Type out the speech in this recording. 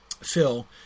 Phil